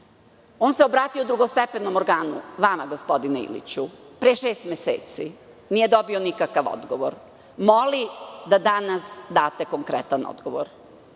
On se obratio drugostepenom organu, vama, gospodine Iliću, pre šest meseci. Nije dobio nikakav odgovor. Moli da danas date konkretan odgovor.